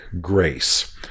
Grace